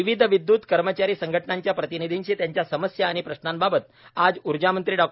विविध विदय्त कर्मचारी संघटनांच्या प्रतिनिधींशी त्यांच्या समस्या आणि प्रश्नांबाबत आज ऊर्जामंत्री डॉ